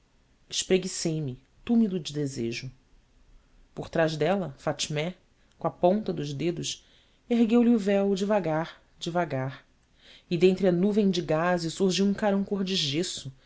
espreguicei me túmido de desejo por trás dela fatmé com a ponta dos dedos ergueu lhe o véu devagar devagar e dentre a nuvem de gaze surgiu um carão cor de gesso